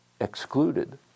excluded